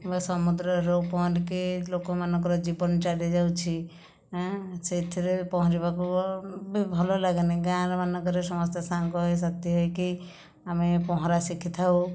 କିମ୍ବା ସମୁଦ୍ରରେ ରୋ ପହଁରିକି ଲୋକମାନଙ୍କର ଜୀବନ ଚାଲିଯାଉଛି ହାଁ ସେଥିରେ ପହଁରିବାକୁ ବି ଭଲ ଲାଗେନି ଗାଁରେ ମାନଙ୍କରେ ସମସ୍ତେ ସାଙ୍ଗ ହୋଇ ସାଥି ହୋଇକି ଆମେ ପହଁରା ଶିଖିଥାଉ